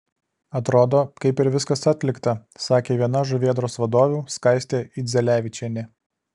atrodo kaip ir viskas atlikta sakė viena žuvėdros vadovių skaistė idzelevičienė